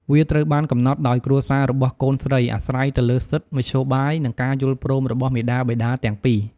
វាត្រូវបានកំណត់ដោយគ្រួសាររបស់កូនស្រី អាស្រ័យទៅលើសិទ្ធិ មធ្យោបាយ និងការយល់ព្រមរបស់មាតាបិតាទាំងពីរ។